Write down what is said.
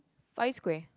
Far-East-Square